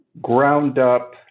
ground-up